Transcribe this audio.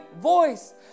voice